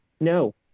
No